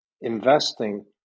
investing